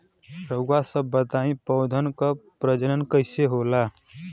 रउआ सभ बताई पौधन क प्रजनन कईसे होला?